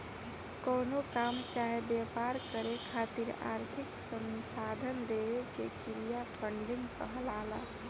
कवनो काम चाहे व्यापार करे खातिर आर्थिक संसाधन देवे के क्रिया फंडिंग कहलाला